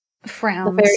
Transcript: frowns